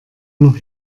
noch